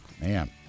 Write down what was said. Man